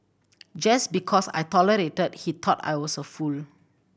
just because I tolerated he thought I was a fool